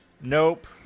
Nope